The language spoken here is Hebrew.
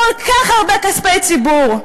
כל כך הרבה כספי ציבור,